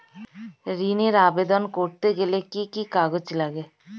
ঋণের আবেদন করতে গেলে কি কি কাগজ লাগে?